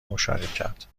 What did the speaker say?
مشارکت